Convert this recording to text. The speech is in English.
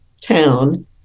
town